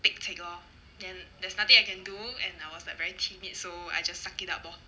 pek cek lor then there's nothing I can do and I was like very timid so I just suck it up lor